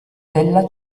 della